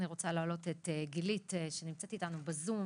אני רוצה להעלות את גילית שנמצאת איתנו בזום,